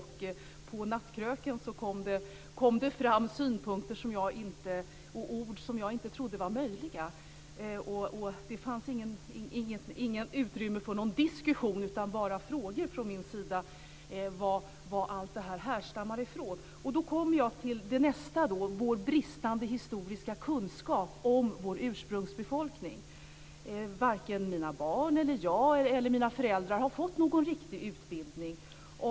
På nattkröken kom det fram synpunkter och ord som jag inte trodde var möjliga. Det fanns inte utrymme för någon diskussion utan bara för frågor från min sida om var allt detta härstammar ifrån. Då kommer jag till nästa punkt, nämligen vår bristande historiska kunskap om vår ursprungsbefolkning. Varken mina barn, jag eller mina föräldrar har fått någon riktig utbildning.